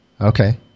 Okay